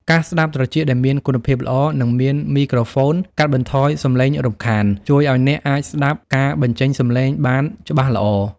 កាសស្ដាប់ត្រចៀកដែលមានគុណភាពល្អ និងមានមីក្រូហ្វូនកាត់បន្ថយសម្លេងរំខាន ជួយឱ្យអ្នកអាចស្ដាប់ការបញ្ចេញសម្លេងបានច្បាស់ល្អ។